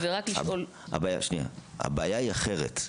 הבעיה היא אחרת,